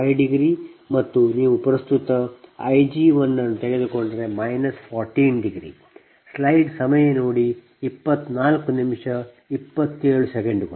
5 ಮತ್ತು ನೀವು ಪ್ರಸ್ತುತ I g1 ಅನ್ನು ತೆಗೆದುಕೊಂಡರೆ 14